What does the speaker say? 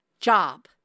job